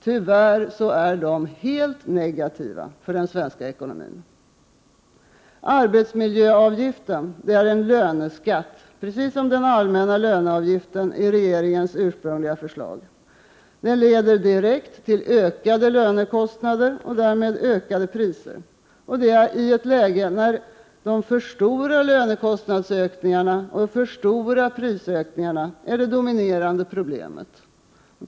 Tyvärr är de helt negativa för den svenska ekonomin. Arbetsmiljöavgiften är en löneskatt, precis som den allmänna löneavgiften i regeringens ursprungliga förslag. Det leder direkt till ökade lönekostnader och därmed ökade priser — och det i ett läge där för stora lönekostnadsökningar och för stora prisökningar är det dominerande problemet.